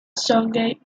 songhai